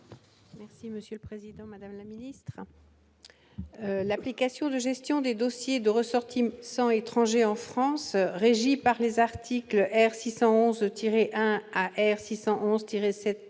Si Monsieur le Président, Madame la ministre. L'application de gestion des dossiers de ressortir sans étrangers en France, régie par les articles R. 611